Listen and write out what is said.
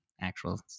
actual